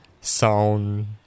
sound